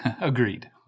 Agreed